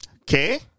Okay